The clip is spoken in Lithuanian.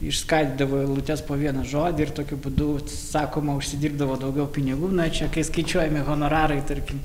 išskaidydavo eilutes po vieną žodį ir tokiu būdu sakoma užsidirbdavo daugiau pinigų na čia kai skaičiuojami honorarai tarkim